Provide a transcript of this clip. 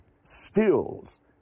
stills